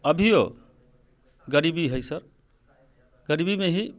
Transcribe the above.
अभियो गरीबी है सभ गरीबीमे ही